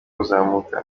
kuzamuka